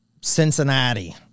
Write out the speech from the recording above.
Cincinnati